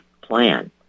plan